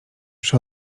przy